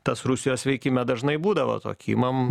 tas rusijos veikime dažnai būdavo tokį imam